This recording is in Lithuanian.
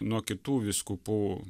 nuo kitų vyskupų